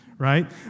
right